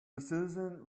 decision